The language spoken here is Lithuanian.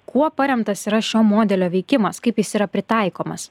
kuo paremtas yra šio modelio veikimas kaip jis yra pritaikomas